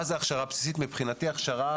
מבחינתי הכשרה